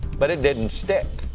but it didn't stick.